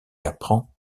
apprend